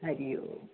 हरिओम